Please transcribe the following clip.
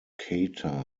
cater